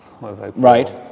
Right